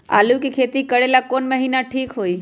आलू के खेती करेला कौन महीना ठीक होई?